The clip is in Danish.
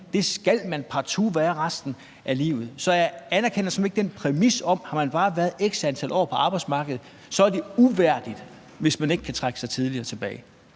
som, skal man partout være resten af livet. Så jeg anerkender simpelt hen ikke den præmis om, at har man bare været x antal år på arbejdsmarkedet, er det uværdigt, hvis man ikke kan trække sig tidligere tilbage.